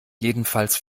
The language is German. jedenfalls